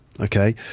okay